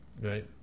right